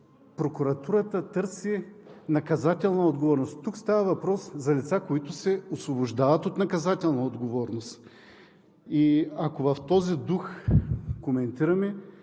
прокуратурата търси наказателна отговорност. Тук става въпрос за лица, които се освобождават от наказателна отговорност. И ако в този дух коментираме,